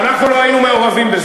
אנחנו לא היינו מעורבים בזה.